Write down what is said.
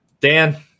Dan